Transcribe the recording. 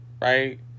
right